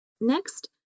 Next